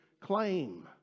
claim